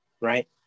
right